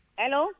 hello